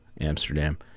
Amsterdam